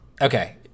Okay